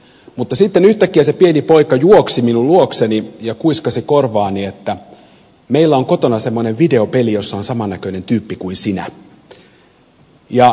mutta sitten yhtäkkiä se pieni poika juoksi minun luokseni ja kuiskasi korvaani että meillä on kotona semmoinen videopeli jossa on samannäköinen tyyppi kuin sinä